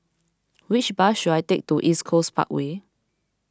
which bus should I take to East Coast Parkway